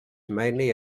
mainly